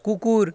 কুকুর